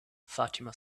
fatima